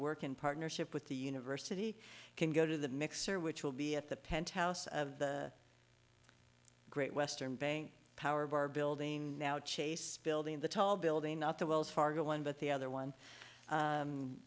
work in partnership with the university can go to the mixer which will be at the penthouse of the great western power bar building now chase building the tall building not the wells fargo one but the other one